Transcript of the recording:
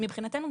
מבחינתנו,